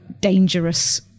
dangerous